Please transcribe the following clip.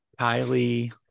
Kylie